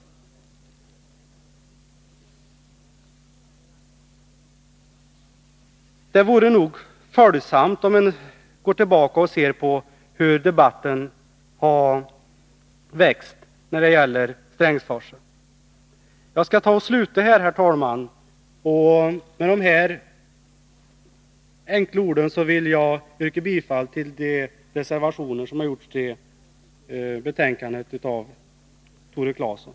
Det vore nog till fördel att gå tillbaka och se hur debatten har vuxit fram när det gäller Strängsforsens eventuella utbyggnad. Med dessa enkla ord, herr talman, yrkar jag bifall till de vid betänkandet fogade reservationerna av Tore Claeson.